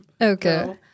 Okay